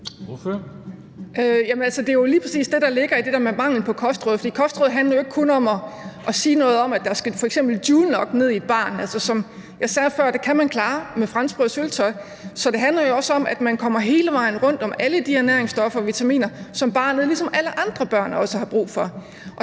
det, der ligger i det der med mangel på kostråd. For kostråd handler jo ikke kun om at sige noget om, at der f.eks. skal joule nok i et barn. Som jeg sagde før: Det kan man klare med franskbrød og syltetøj. Så det handler jo også om, at man kommer hele vejen rundt om alle de ernæringsstoffer og vitaminer, som barnet ligesom alle andre børn også har brug for.